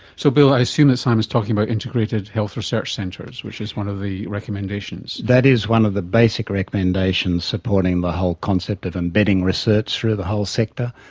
so bill, i assume that simon is talking about integrated health research centres, which is one of the recommendations. that is one of the basic recommendations supporting the whole concept of embedding research through the whole sector,